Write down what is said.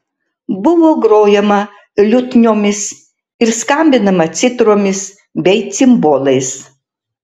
buvo grojama liutniomis ir skambinama citromis bei cimbolais